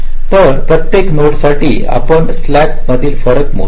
तर प्रत्येक नोड साठी आपण स्लॅकमधील फरक मोजतो